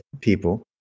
people